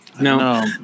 No